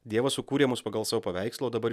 dievas sukūrė mus pagal savo paveiksląo dabar